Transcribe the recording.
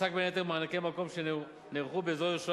ועסק בין היתר במענקי מקום שנערכו באזור ירושלים